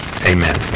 amen